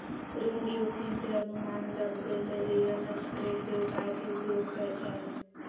ऋण जोखिम के अनुमान लगबेले यिलड स्प्रेड के उपाय के उपयोग कइल जा हइ